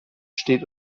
steht